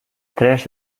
tres